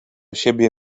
siebie